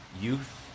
youth